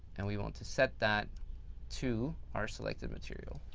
and we want to set that to our selected material.